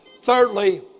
Thirdly